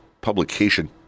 publication